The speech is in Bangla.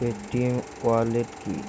পেটিএম ওয়ালেট কি?